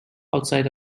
outside